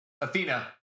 Athena